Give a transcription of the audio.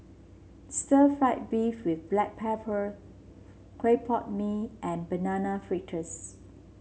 Stir Fried Beef with Black Pepper Clay Pot Mee and Banana Fritters